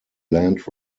land